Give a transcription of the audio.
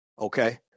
okay